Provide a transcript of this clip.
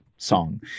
song